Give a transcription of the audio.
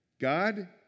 God